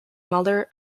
mother